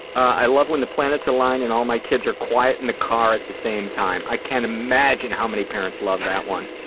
i love when the planets align and all my kids are quiet in the car at the same time. i can't imagine how many parents love that one.